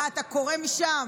אה, אתה קורא משם.